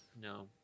No